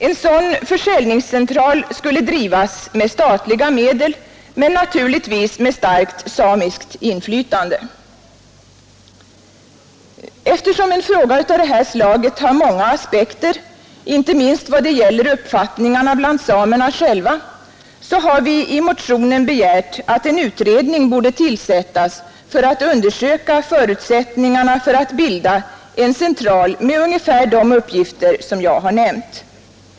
En sådan försäljningscentral skulle drivas med statliga medel, men naturligtvis med starkt samiskt inflytande. Eftersom en fråga av det här slaget har många aspekter, inte minst vad gäller uppfattningarna bland samerna själva, har vi i motionen begärt att en utredning skall tillsättas för att undersöka förutsättningarna att bilda en central med ungefär de uppgifter jag har nämnt.